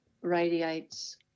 radiates